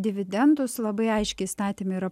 dividendus labai aiškiai įstatyme yra